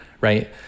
right